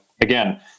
again